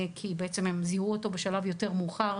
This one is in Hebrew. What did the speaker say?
כי הם בעצם זיהו אותו בשלב יותר מאוחר,